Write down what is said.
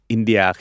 India